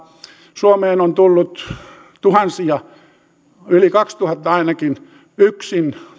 suomeen on tullut tuhansia yli kahdentuhannen ainakin yksin